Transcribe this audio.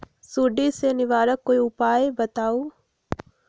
सुडी से निवारक कोई उपाय बताऊँ?